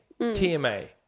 TMA